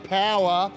power